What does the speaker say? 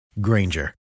Granger